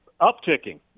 upticking